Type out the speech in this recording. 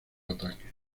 ataques